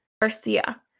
Garcia